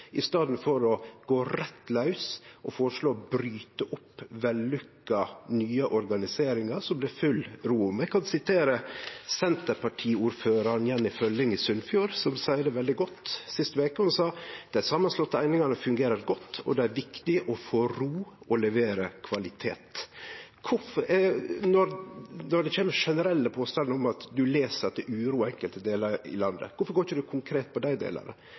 i staden for å gå laus på og føreslå å bryte opp vellukka nye organiseringar som det er full ro om. Eg kan sitere Senterparti-ordføraren Jenny Følling i Sunnfjord, som sa det veldig godt sist veke. Ho sa: Dei samanslåtte einingane fungerer godt, og det er viktig å få ro og levere kvalitet. Når det kjem generelle påstandar om at det er uro i enkelte delar av landet, kvifor går ikkje statsråden konkret på dei delane?